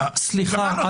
סליחה,